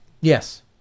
yes